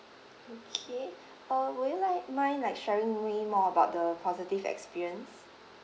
okay uh would you like mind like sharing me more about the positive experience